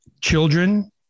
children